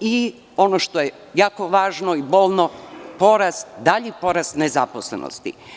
i, ono što je jako važno i bolno, dalji porast nezaposlenosti.